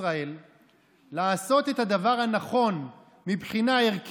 בישראל לא יישאר רעב ושלכולם תהיה גישה למזון בריא